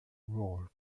role